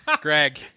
Greg